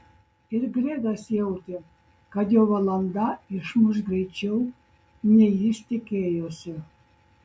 ir gregas jautė kad jo valanda išmuš greičiau nei jis tikėjosi